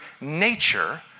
nature